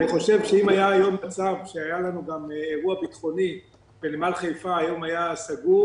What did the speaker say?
אם היה היום מצב שהיה לנו גם אירוע ביטחוני ונמל חיפה היום היה סגור